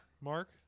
Mark